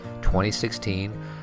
2016